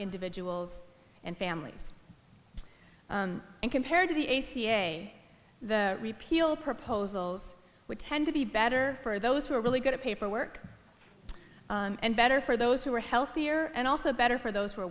individuals and families and compared to the a cia the repeal proposals would tend to be better for those who are really good at paperwork and better for those who are healthier and also better for those w